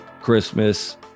Christmas